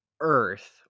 earth